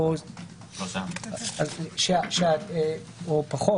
או פחות?